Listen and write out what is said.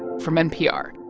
from npr.